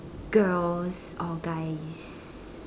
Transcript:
girls or guys